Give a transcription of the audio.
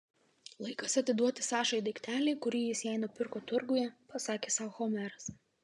laikas atiduoti sašai daiktelį kurį jis jai nupirko turguje pasakė sau homeras